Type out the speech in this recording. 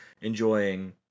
enjoying